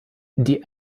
die